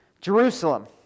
Jerusalem